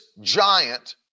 giant